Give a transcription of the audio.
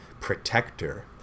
protector